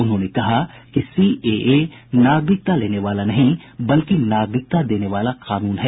उन्होंने कहा कि सीएए नागरिकता लेने वाला नहीं बल्कि नागरिकता देने वाला कानून है